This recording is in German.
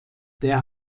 der